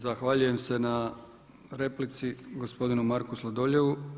Zahvaljujem se na replici gospodinu Marku Sladoljevu.